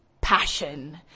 passion